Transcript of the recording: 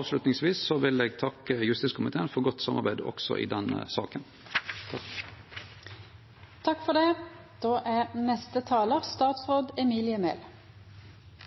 Avslutningsvis vil eg takke justiskomiteen for godt samarbeid også i denne saka. Jeg er glad for